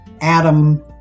Adam